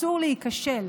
אסור להיכשל,